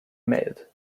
made